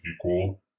equal